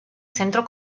centro